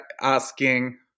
asking